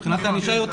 ל.י.: